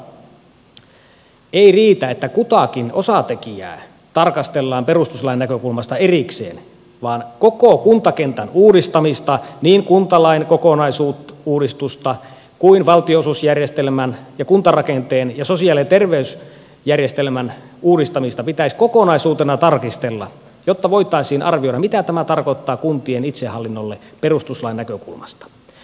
asiantuntijoiden mukaan ei riitä että kutakin osatekijää tarkastellaan perustuslain näkökulmasta erikseen vaan koko kuntakentän uudistamista niin kuntalain kokonaisuudistusta kuin myös valtionosuusjärjestelmän ja kuntarakenteen ja sosiaali ja terveysjärjestelmän uudistamista pitäisi kokonaisuutena tarkistella jotta voitaisiin arvioida mitä tämä tarkoittaa kuntien itsehallinnolle perustuslain näkökulmasta